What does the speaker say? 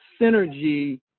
synergy